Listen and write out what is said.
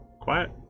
quiet